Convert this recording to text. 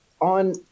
on